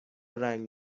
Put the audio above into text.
رنگ